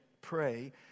pray